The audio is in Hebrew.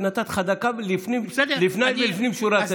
ונתתי לך דקה לפני ולפנים שורת הדין.